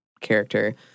character